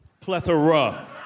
Plethora